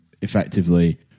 effectively